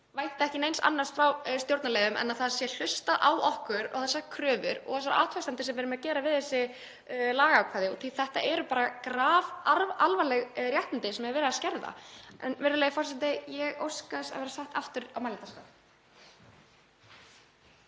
vænti ekki neins annars frá stjórnarliðum en að það sé hlustað á okkur og þessar kröfur og þessar athugasemdir sem við erum að gera við þessi lagaákvæði því að þetta eru bara grafalvarleg réttindi sem er verið að skerða. — Virðulegi forseti. Ég óska þess að verða sett aftur á mælendaskrá.